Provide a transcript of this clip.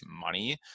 money